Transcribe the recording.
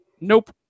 Nope